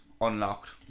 unlocked